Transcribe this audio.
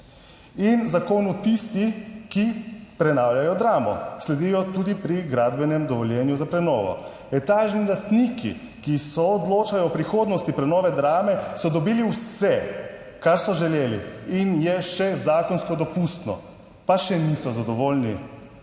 In zakonu tisti, ki prenavljajo Dramo, sledijo tudi pri gradbenem dovoljenju za prenovo. Etažni lastniki, ki so odločali o prihodnosti prenove Drame so dobili vse, kar so želeli in je še zakonsko dopustno, **28.